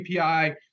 API